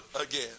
again